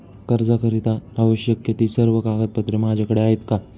कर्जाकरीता आवश्यक ति सर्व कागदपत्रे माझ्याकडे आहेत का?